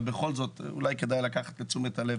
אבל בכל זאת כדאי לקחת לתשומת הלב,